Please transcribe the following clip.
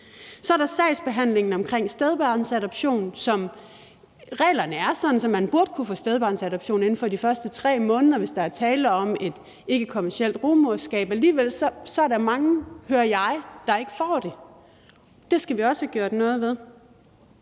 Der er også sagsbehandlingen omkring stedbørnsadoption, og som reglerne er, burde man kunne få stedbarnsadoption inden for de første 3 måneder, hvis der er tale om et ikkekommercielt rugemoderskab. Alligevel er der, hører jeg, mange, der ikke får det, og det skal vi også have gjort noget ved,